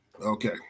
Okay